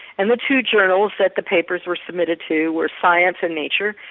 and the two journals that the papers were submitted to were science and nature,